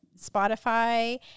spotify